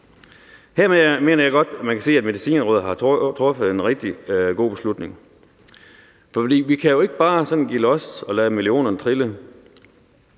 man kan sige, at Medicinrådet har truffet en rigtig god beslutning. For vi kan jo ikke bare sådan give los og lade millionerne trille.